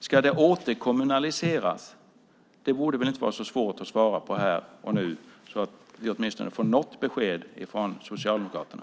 Ska det återkommunaliseras? Det borde det väl inte vara så svårt att svara på här och nu så att vi åtminstone får något besked från Socialdemokraterna.